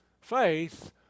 faith